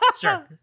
sure